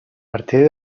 partir